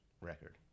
record